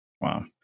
Wow